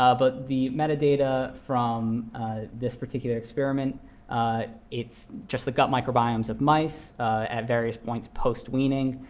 ah but the metadata from this particular experiment it's just the gut microbiomes of mice at various points post-weaning.